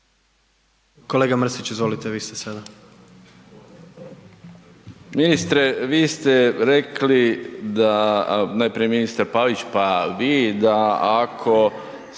Kolega Mrsić, izvolite, vi ste sada.